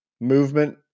movement